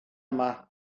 yma